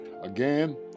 Again